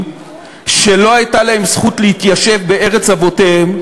שלא הייתה להם זכות להתיישב בארץ אבותיהם,